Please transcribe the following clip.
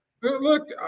Look